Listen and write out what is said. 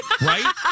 Right